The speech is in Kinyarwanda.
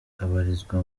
abarizwa